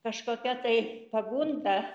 kažkokia tai pagunda